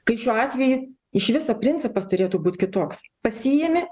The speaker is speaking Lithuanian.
kai šiuo atveju iš viso principas turėtų būti kitoks pasiimi